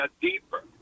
deeper